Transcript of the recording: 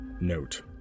Note